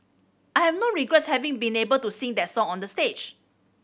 I have no regrets having been able to sing that song on that stage